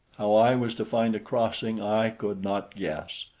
how i was to find a crossing i could not guess.